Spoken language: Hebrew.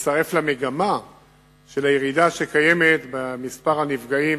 ויצטרף למגמה של הירידה שקיימת במספר הנפגעים,